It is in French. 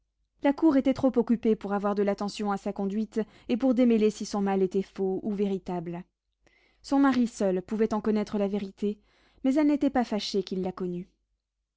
la cour était trop occupée pour avoir de l'attention à sa conduite et pour démêler si son mal était faux ou véritable son mari seul pouvait en connaître la vérité mais elle n'était pas fâchée qu'il la connût